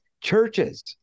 churches